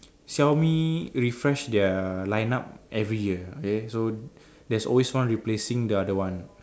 Xiaomi refresh their line up every year okay so there's always one replacing the other one